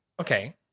Okay